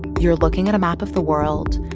you're looking at a map of the world.